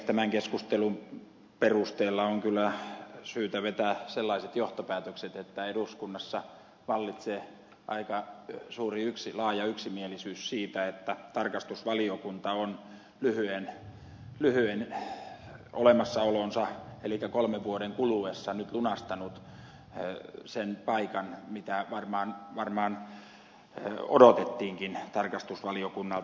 tämän keskustelun perusteella on kyllä syytä vetää sellaiset johtopäätökset että eduskunnassa vallitsee aika laaja yksimielisyys siitä että tarkastusvaliokunta on lyhyen olemassaolonsa aikana elikkä kolmen vuoden kuluessa nyt lunastanut sen paikan mitä varmaan odotettiinkin tarkastusvaliokunnalta